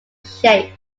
shape